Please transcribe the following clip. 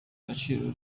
agaciro